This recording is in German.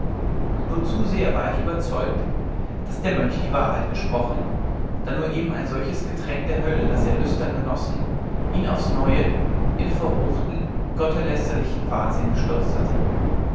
nur zu sehr war ich überzeugt daß der mönch die wahrheit gesprochen da nur eben ein solches getränk der hölle das er lüstern genossen ihn aufs neue in verruchten gotteslästerlichen wahnsinn gestürzt hatte